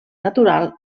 natural